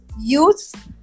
youth